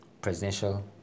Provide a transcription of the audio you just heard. presidential